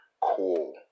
Cool